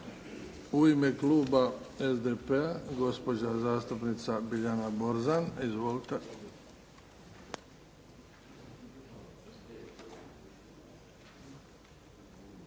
U ime kluba SDP-a, gospođa zastupnica Biljana Borzan. Izvolite.